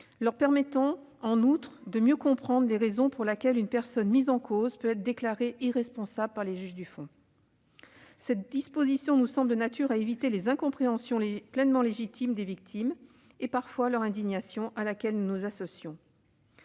leur permettant, en outre, de mieux comprendre les raisons pour lesquelles une personne mise en cause peut être déclarée irresponsable par les juges du fond. Cette disposition nous semble de nature à éviter les incompréhensions pleinement légitimes des victimes, et parfois leur indignation, à laquelle nous nous associons.